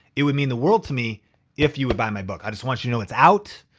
it would mean the world to me if you would buy my book. i just want you to know it's out.